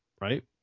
right